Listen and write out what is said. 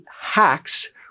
hacks